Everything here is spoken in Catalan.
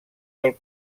del